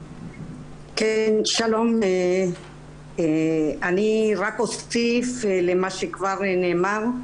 שלום, אני רק אוסיף למה שכבר נאמר.